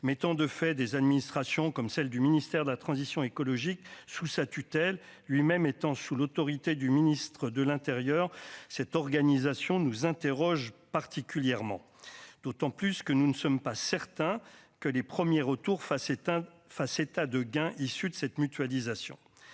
mettant de fait des administrations comme celle du ministère de la transition écologique sous sa tutelle, lui-même étant sous l'autorité du ministre de l'Intérieur, cette organisation nous interroge particulièrement d'autant plus que nous ne sommes pas certain que les premiers retours face éteint fasse état de gains issus de cette mutualisation